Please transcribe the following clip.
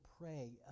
pray